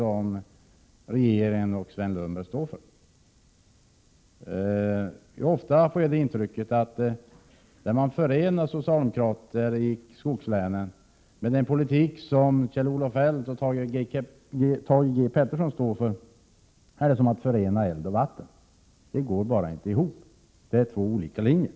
Ofta får jag det intrycket att den politik som företräds av socialdemokrater i skogslänen och den politik som Kjell-Olof Feldt och Thage G Peterson står för är som eld och vatten — de går inte att förena. Det är fråga om två olika linjer.